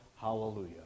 hallelujah